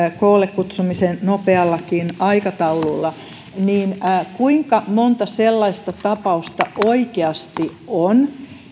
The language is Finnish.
koolle kutsumisen nopeallakin aikataululla kuinka monta sellaista tapausta oikeasti on